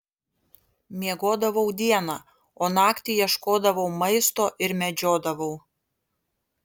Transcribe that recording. miegodavau dieną o naktį ieškodavau maisto ir medžiodavau